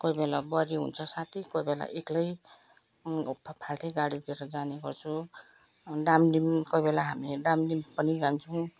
कोही बेला बुहारी हुन्छ साथी कोही बेला एक्लै फाल्टु नै गाडी लिएर जाने गर्छु डामडिम कोही बेला हामी डामडिम पनि जान्छौँ